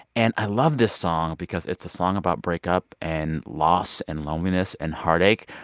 and i love this song because it's a song about breakup and loss and loneliness and heartache,